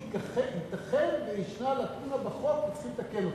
ייתכן שיש לקונה בחוק וצריכים לתקן אותה.